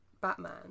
Batman